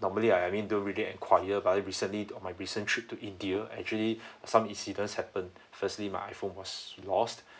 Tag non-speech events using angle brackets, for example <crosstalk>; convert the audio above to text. normally I I mean don't really enquire but then recently to my recent trip to india actually <breath> some incident happened firstly my iPhone was lost <breath>